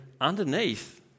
underneath